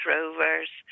Rovers